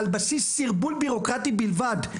על בסיס סרבול בירוקרטי בלבד,